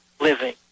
living